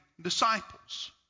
disciples